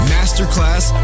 Masterclass